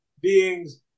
beings